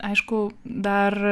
aišku dar